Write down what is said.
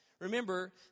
Remember